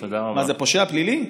מה, זה פושע פלילי?